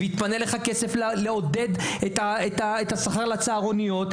לתת שכר לצהרונים,